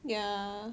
yeah